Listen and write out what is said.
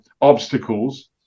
obstacles